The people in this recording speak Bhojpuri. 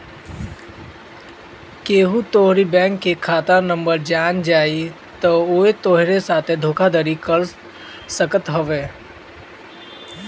केहू तोहरी बैंक के खाता नंबर जान जाई तअ उ तोहरी साथे धोखाधड़ी कर सकत हवे